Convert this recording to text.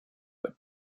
but